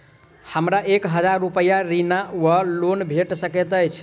हमरा एक हजार रूपया ऋण वा लोन भेट सकैत अछि?